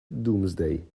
doomsday